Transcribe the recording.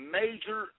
major